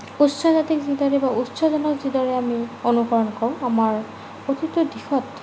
উচ্চ জাতিক উচ্চজনক যিদৰে আমি অনুকৰণ কৰোঁ আমাৰ প্ৰতিটো দিশত